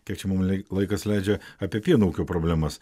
kiek čia mum lei laikas leidžia apie pieno ūkio problemas